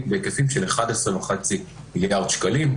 בהיקפים של 11.5 מיליארד שקלים,